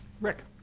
Rick